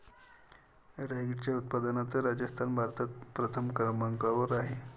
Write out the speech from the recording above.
रॅगीच्या उत्पादनात राजस्थान भारतात प्रथम क्रमांकावर आहे